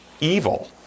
evil